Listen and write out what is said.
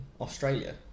Australia